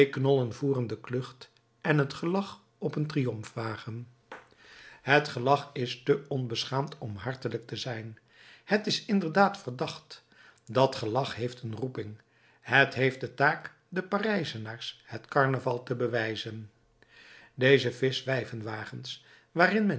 knollen voeren de klucht en het gelach op een triumfwagen het gelach is te onbeschaamd om hartelijk te zijn het is inderdaad verdacht dat gelach heeft een roeping het heeft de taak den parijzenaars het karnaval te bewijzen deze vischwijvenwagens waarin men